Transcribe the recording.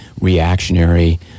reactionary